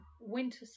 winter